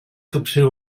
capcer